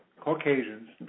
Caucasians